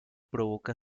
provoca